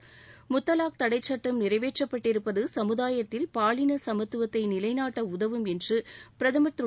சட்டம் முத்தவாக் தடைச் நிறைவேற்றப்பட்டிருப்பதுசமுதாயத்தில் பாலினசமத்துவத்தைநிலைநாட்டஉதவும் என்றுபிரதமர் திரு